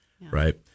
right